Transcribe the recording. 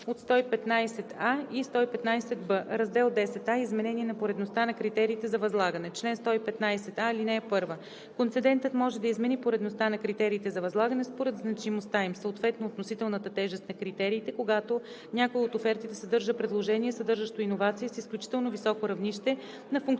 чл. 115а и 115б: Раздел Ха Изменение на поредността на критериите за възлагане Чл. 115а. (1) Концедентът може да измени поредността на критериите за възлагане според значимостта им, съответно –относителната тежест на критериите, когато някоя от офертите съдържа предложение, съдържащо иновации с изключително високо равнище на функционално